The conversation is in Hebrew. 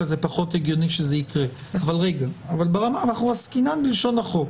זה פחות הגיוני שזה יקרה אבל אנחנו עסקינן בלשון החוק